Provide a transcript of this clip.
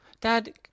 Dad